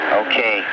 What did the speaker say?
okay